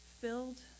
filled